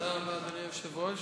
תודה רבה, אדוני היושב-ראש.